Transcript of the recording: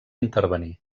intervenir